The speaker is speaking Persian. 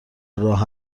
راه